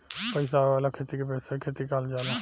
पईसा आवे वाला खेती के व्यावसायिक खेती कहल जाला